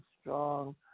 strong